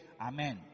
Amen